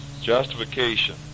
Justification